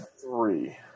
three